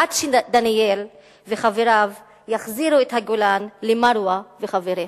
עד שדניאל וחבריו יחזירו את הגולן למרוה וחבריה.